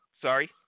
Sorry